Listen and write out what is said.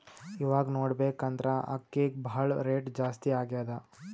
ಇವಾಗ್ ನೋಡ್ಬೇಕ್ ಅಂದ್ರ ಅಕ್ಕಿಗ್ ಭಾಳ್ ರೇಟ್ ಜಾಸ್ತಿ ಆಗ್ಯಾದ